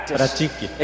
pratique